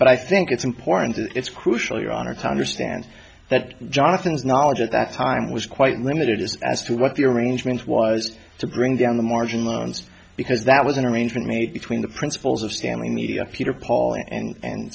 but i think it's important and it's crucial your honor to understand that jonathan's knowledge at that time was quite limited as to what the arrangement was to bring down the margin loans because that was an arrangement made between the principals of stanley media peter paul and